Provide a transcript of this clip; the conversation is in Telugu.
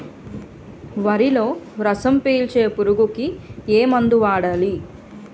వరిలో రసం పీల్చే పురుగుకి ఏ మందు వాడాలి?